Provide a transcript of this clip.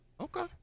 Okay